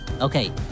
Okay